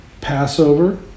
Passover